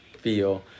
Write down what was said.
feel